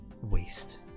waste